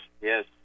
Yes